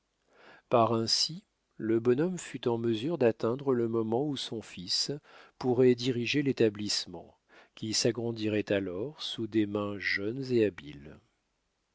par ainsi le bonhomme fut en mesure d'atteindre le moment où son fils pourrait diriger l'établissement qui s'agrandirait alors sous des mains jeunes et habiles